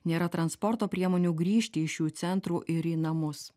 nėra transporto priemonių grįžti iš šių centrų ir į namus